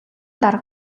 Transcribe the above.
дарга